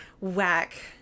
Whack